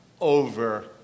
over